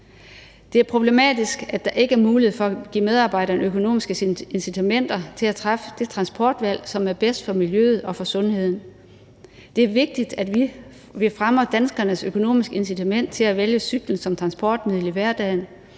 Det er problematisk, at der ikke er mulighed for at give medarbejdere økonomiske incitamenter til at træffe det transportvalg, som er bedst for miljøet og for sundheden. Det er vigtigt, at vi fremmer danskernes økonomiske incitament til at vælge cyklen som transportmiddel i hverdagen,